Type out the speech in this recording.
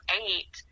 eight